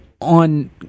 On